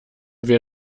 wir